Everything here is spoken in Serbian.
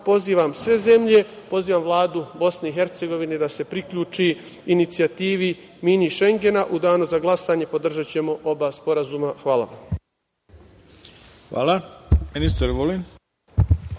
pozivam sve zemlje, pozivam vladu Bosne i Hercegovine da se priključi inicijativi mini Šengena.U danu za glasanje podržaćemo oba sporazuma. Hvala. **Ivica Dačić**